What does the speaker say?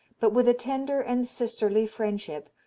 but with a tender and sisterly friendship,